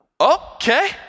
okay